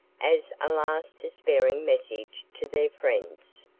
as a last despairing message to their friends,